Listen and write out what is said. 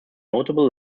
notable